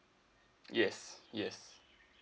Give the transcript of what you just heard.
yes yes